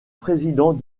président